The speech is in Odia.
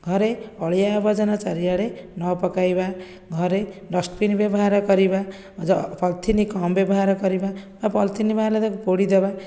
ଘରେ ଅଳିଆ ଆବର୍ଜନା ଚାରିଆଡ଼େ ନ ପକାଇବା ଘରେ ଡଷ୍ଟବିନ୍ ବ୍ୟବହାର କରିବା ପଲଥିନ୍ କମ ବ୍ୟବହାର କରିବା ଆଉ ପଲଥିନ୍ ବ୍ୟବହାର କଲେ ତାକୁ ପୋଡ଼ିଦେବା